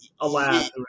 alas